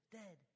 dead